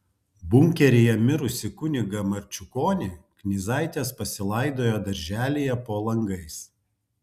bunkeryje mirusį kunigą marčiukonį knyzaitės pasilaidojo darželyje po langais